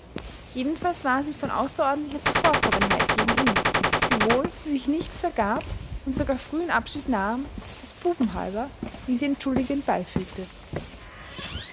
jedenfalls war sie von außerordentlicher zuvorkommenheit gegen ihn wiewohl sie sich nichts vergab und sogar frühen abschied nahm des buben halber wie sie entschuldigend beifügte